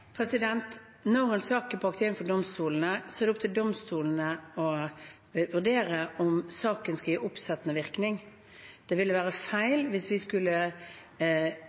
Når en sak er brakt inn for domstolene, er det opp til domstolene å vurdere om det skal gis oppsettende virkning. Det ville være feil hvis vi skulle